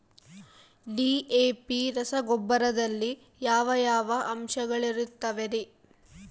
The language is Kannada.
ಡಿ.ಎ.ಪಿ ರಸಗೊಬ್ಬರದಲ್ಲಿ ಯಾವ ಯಾವ ಅಂಶಗಳಿರುತ್ತವರಿ?